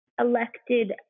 elected